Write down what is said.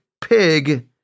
pig